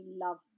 love